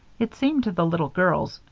it seemed to the little girls,